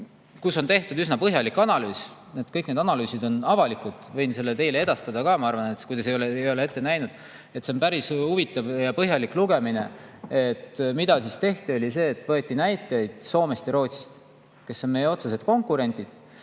on tehtud üsna põhjalik analüüs. Kõik need analüüsid on avalikud. Võin selle teile edastada ka, ma arvan, kui te ei ole seda näinud. See on päris huvitav ja põhjalik lugemine. Mida tehti, oli see, et võeti näiteid Soomest ja Rootsist, kes on meie otsesed konkurendid,